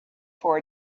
for